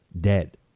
dead